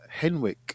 henwick